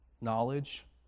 Knowledge